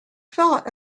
thought